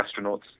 astronauts